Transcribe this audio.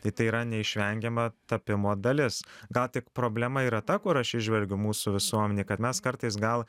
tai tai yra neišvengiama tapimo dalis gal tik problema yra ta kur aš įžvelgiu mūsų visuomenėj kad mes kartais gal